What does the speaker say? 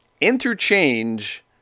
Interchange